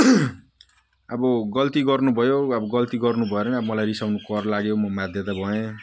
अब गल्ती गर्नुभयो अब गल्ती गर्नुभएर पनि अब मलाई रिसाउनु कर लाग्यो म बाध्यता भएँ